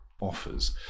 offers